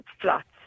flats